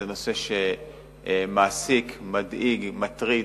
זה נושא שמעסיק, מדאיג, מטריד,